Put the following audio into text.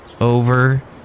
Over